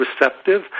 receptive